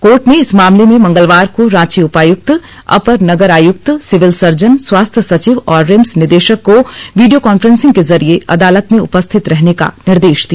court ने इस मामले में मंगलवार को रांची उपायुक्त अपर नगर आयुक्त सिविल सर्जन स्वास्थ्य सचिव और रिम्स निदेशक को वीडियो कान्फरेंसिंग के जरिये अदालत में उपस्थित रहने का निर्देश दिया